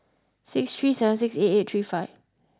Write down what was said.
six three seven six eight eight three five